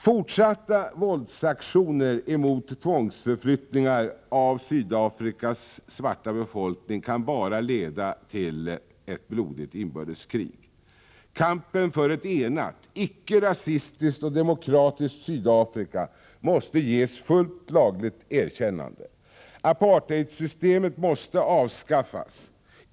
Fortsatta våldsaktioner emot och tvångsförflyttningar av Sydafrikas svarta befolkning kan bara leda till ett blodigt inbördeskrig. Kampen för ett enat, icke rasistiskt och demokratiskt Sydafrika måste ges fullt lagligt erkännande. Apartheidsystemet måste avskaffas.